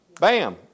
Bam